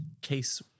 case